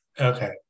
okay